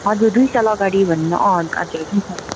हजुर दुई साल अगाडि भन्दा अँ हजुर दुई साल